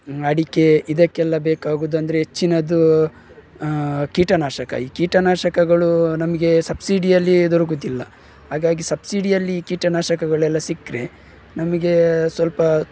ಅಡಿಕೆ ಇದಕ್ಕೆಲ್ಲ ಬೇಕಾಗುವುದಂದರೆ ಹೆಚ್ಚಿನದು ಕೀಟನಾಶಕ ಈ ಕೀಟನಾಶಕಗಳು ನಮಗೆ ಸಬ್ಸಿಡಿಯಲ್ಲಿ ದೊರಕುತ್ತಿಲ್ಲ ಹಾಗಾಗಿ ಸಬ್ಸಿಡಿಯಲ್ಲಿ ಕೀಟನಾಶಕಗಳೆಲ್ಲ ಸಿಕ್ಕರೆ ನಮಗೆ ಸ್ವಲ್ಪ